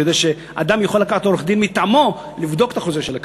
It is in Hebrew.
כדי שאדם יוכל לקחת עורך-דין מטעמו כדי לבדוק את החוזה של הקבלן.